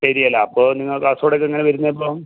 പെരിയയിലോ അപ്പോൾ നിങ്ങൾ കാസർഗോഡേക്ക് എങ്ങനെ വരുന്നത് അപ്പോൾ